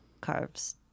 carves